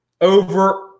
over